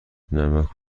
نمک